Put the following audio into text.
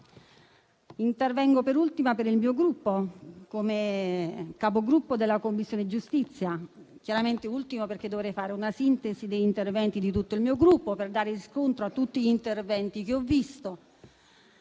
intervengo per ultima per il mio Gruppo, come Capogruppo della Commissione giustizia, perché dovrei fare una sintesi degli interventi di tutto il mio Gruppo e dare riscontro a tutti gli interventi che ho